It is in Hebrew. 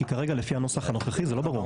כי כרגע לפי הנוסח הנוכחי זה לא ברור.